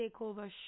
Takeover